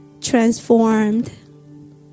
transformed